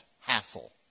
hassle